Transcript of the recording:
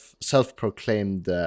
self-proclaimed